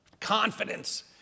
Confidence